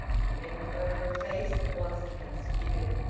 he bent over a face that was transfigured.